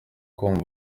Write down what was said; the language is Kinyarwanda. kumva